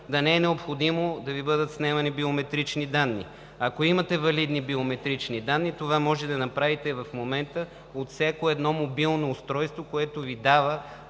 да не е необходимо да Ви бъдат снемани биометрични данни. Ако имате валидни биометрични данни, това можете да направите в момента от всяко едно мобилно устройство, което Ви дава